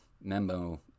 memo